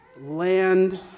land